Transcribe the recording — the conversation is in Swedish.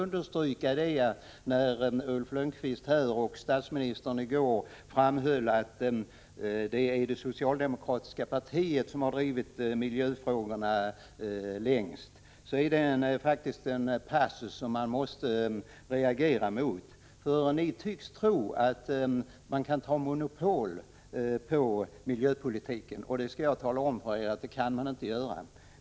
När Ulf Lönnqvist här i dag och statsministern i går framhöll att det är det socialdemokratiska partiet som har drivit miljöfrågorna längst, är det faktiskt en passus som jag måste reagera mot. Ni tycks tro att man kan ta monopol på miljöpolitiken, men det skall jag tala om för er att man inte kan göra.